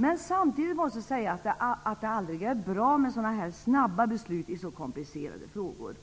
Men samtidigt måste sägas att det aldrig är bra med så snabba beslut i så komplicerade frågor.